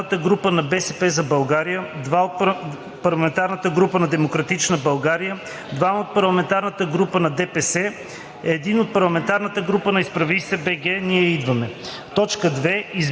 3 от парламентарната група на „БСП за България“, 2 от парламентарната група на „Демократична България“, 2 от парламентарната група на ДПС, 1 от парламентарната група на „Изправи се БГ! Ние идваме!“.